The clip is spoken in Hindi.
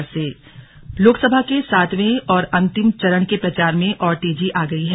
लोकसभा चुनाव लोकसभा के सातवें और अंतिम चरण के प्रचार में और तेजी आ गई है